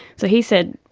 so he said,